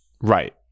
Right